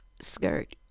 skirt